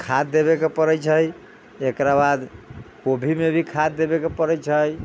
खाद देबय के परै छै एकरा बाद गोभी मे भी खाद देबय के परै छै